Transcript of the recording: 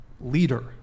leader